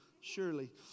surely